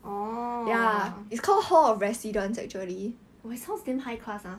orh !wah! it sounds damn high class ah